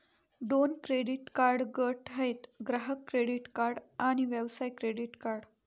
दोन credit card गट आहेत, ग्राहक क्रेडिट कार्ड आणि व्यवसाय क्रेडिट कार्ड